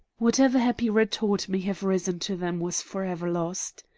whatever happy retort may have risen to them was forever lost.